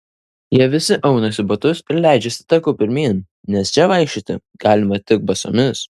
jie visi aunasi batus ir leidžiasi taku pirmyn nes čia vaikščioti galima tik basomis